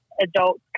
adult